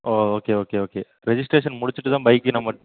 ஓ okay okay okay registration முடிச்சிட்டு தான் பைக்கே நம்மட்